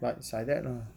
but it's like that lah